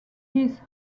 his